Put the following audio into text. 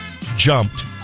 jumped